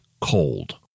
cold